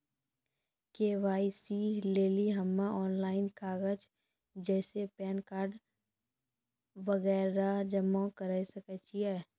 KYC लेली हम्मय online कागज जैसे पैन कार्ड वगैरह जमा करें सके छियै?